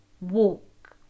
walk